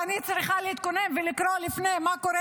אני צריכה להתכונן ולקרוא לפני מה קורה